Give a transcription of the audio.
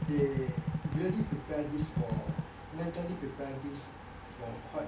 they really prepare this for mentally prepare these for quite